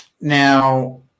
Now